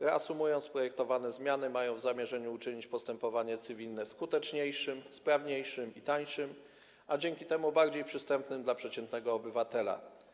Reasumując, projektowane zmiany mają w zamierzeniu uczynić postępowanie cywilne skuteczniejszym, sprawniejszym i tańszym, a dzięki temu bardziej przystępnym dla przeciętnego obywatela.